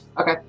Okay